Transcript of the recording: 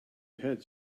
heads